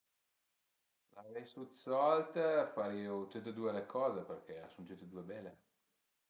L'aveise d'sold farìu tüte due le coze perché a sun tüte due bele